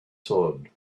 sword